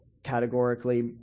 Categorically